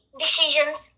decisions